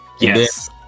Yes